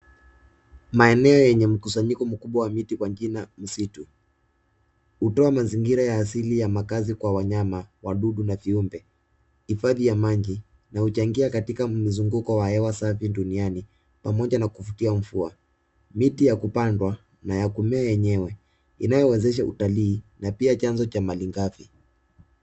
Maeneo yenye mkusanyiko mkubwa wa miti kwa jina msitu hutoa mazingira ya asili ya makazi kwa wanyama wadudu na viumbe, hifadhi ya maji na huchangia mzunguko wa hewa safi duniani pamoja na kuvutia mvua. Miti ya kupandwa na kumia yenyewe inayo wezesha utalii na pia chanzo cha malighafi.